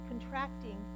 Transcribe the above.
contracting